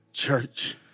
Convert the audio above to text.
church